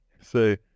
say